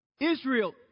Israel